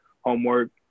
homework